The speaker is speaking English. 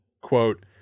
Quote